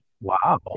Wow